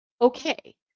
okay